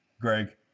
Greg